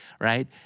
right